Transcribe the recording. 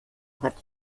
hat